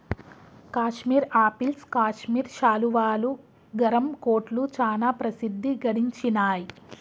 Kashmir apples Kashmir శాలువాలు, గరం కోట్లు చానా ప్రసిద్ధి గడించినాయ్